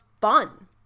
fun